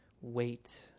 wait